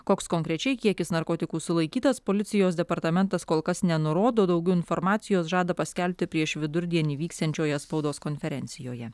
koks konkrečiai kiekis narkotikų sulaikytas policijos departamentas kol kas nenurodo daugiau informacijos žada paskelbti prieš vidurdienį vyksiančioje spaudos konferencijoje